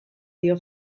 dio